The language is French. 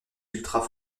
ultras